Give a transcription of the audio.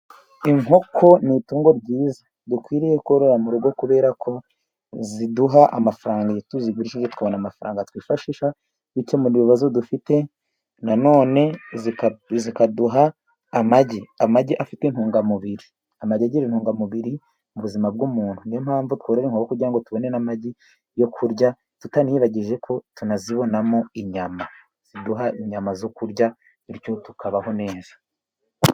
Inkoko ni' itungo ryiza dukwiriye korora mu rugo, kubera ko ziduha amafaranga tuzigurisha tukabona amafaranga twifashisha dukemura ibibazo dufite, nanone zikaduha amagi, amagi afite intungamubiri amagere intungamubiri mu buzima bw'umuntu niyo mpamvu tu inrwa kugira ngo tubone n'amagi yo kurya tutanrageje ko tunazibonamo inyama ziduha inyama zo kurya bityo tukabaho neza.